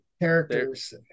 characters